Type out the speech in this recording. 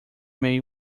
may